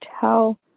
tell